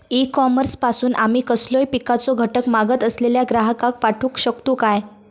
E commerce पासून आमी कसलोय पिकाचो घटक मागत असलेल्या ग्राहकाक पाठउक शकतू काय?